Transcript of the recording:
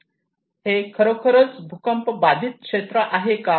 खरोखर हे भूकंप बाधित क्षेत्र आहे का